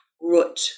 root